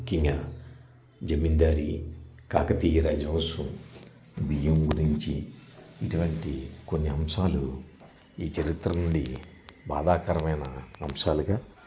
ముఖ్యంగా జమీందారి కాకతీయ రాజవంశం బియ్యం గురించి ఇటువంటి కొన్ని అంశాలు ఈ చరిత్ర నుండి బాధాకరమైన అంశాలుగా